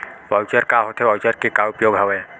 Voucher का होथे voucher के का उपयोग हवय?